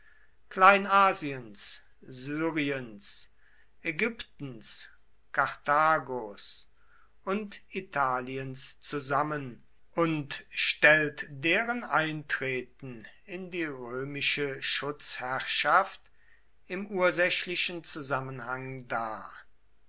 kleinasiens syriens ägyptens karthagos und italiens zusammen und stellt deren eintreten in die römische schutzherrschaft im ursächlichen zusammenhang dar